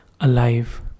alive